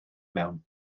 mewn